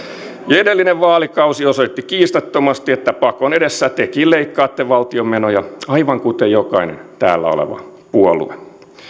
edellinen vaalikausi osoitti kiistattomasti että pakon edessä tekin leikkaatte valtion menoja aivan kuten jokainen täällä oleva puolue